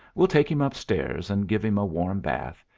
we'll take him upstairs, and give him a warm bath,